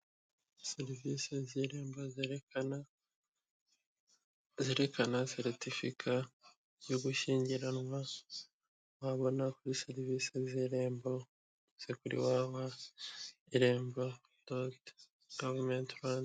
Serivisi z'irembo zerekana ceritifika yo gushyingiranwa wabona kuri serivisi z'irembo ziri kuri ww.iremba. domentran.